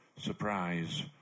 surprise